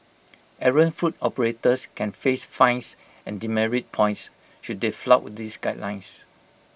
errant food operators can face fines and demerit points should they flout these guidelines